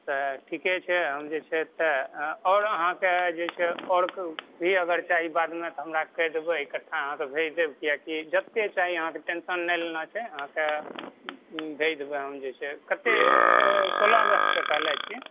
तऽ ठीके छै हम जे छै तऽ और अहाँके जे छै और भी अगर चाही बाद मे तऽ हमरा कहि देब इकठ्ठा अहाँके भेज देब कियाकि जते चाही अहाँके टेन्शन नहि लेना छै अहाँके भेज देबै हम जे छै कते सोलह अगस्त तक कहलिया की